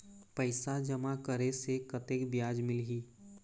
पैसा जमा करे से कतेक ब्याज मिलही?